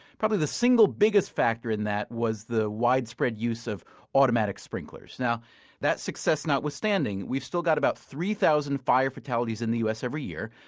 probably the single biggest factor in that was the widespread use of automatic sprinklers that success notwithstanding, we've still got about three thousand fire fatalities in the u s. every year.